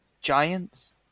giants